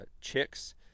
chicks